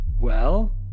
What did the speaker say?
Well